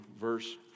verse